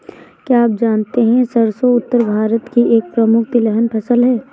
क्या आप जानते है सरसों उत्तर भारत की एक प्रमुख तिलहन फसल है?